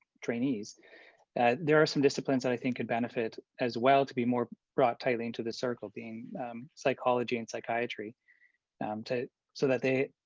trainees, that there are some disciplines that i think could benefit as well to be more brought tightly into the circle, being psychology and psychiatry um so that they,